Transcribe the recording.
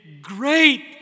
great